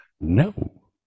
No